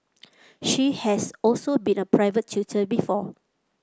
she has also been a private tutor before